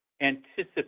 anticipate